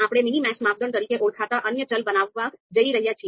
આપણે minmax માપદંડ તરીકે ઓળખાતા અન્ય ચલ બનાવવા જઈ રહ્યા છીએ